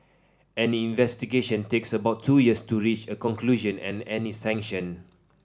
any investigation takes about two years to reach a conclusion and any sanction